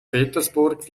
petersburg